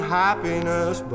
happiness